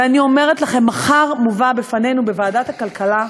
ואני אומרת לכם, מחר מובא בפנינו בוועדת הכלכלה,